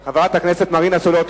שנלר וחברת הכנסת שמאלוב